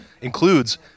includes –